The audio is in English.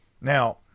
now